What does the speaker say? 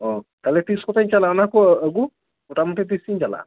ᱚ ᱛᱟᱦᱚᱞᱮ ᱛᱤᱥ ᱠᱚᱛᱮᱧ ᱪᱟᱞᱟᱜᱼᱟ ᱚᱱᱟ ᱠᱚ ᱟᱹᱜᱩ ᱢᱳᱴᱟᱢᱩᱴᱤ ᱛᱤᱥ ᱤᱧ ᱪᱟᱞᱟᱜᱼᱟ